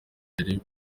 yari